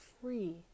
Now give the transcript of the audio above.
free